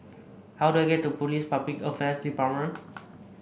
how do I get to Police Public Affairs Department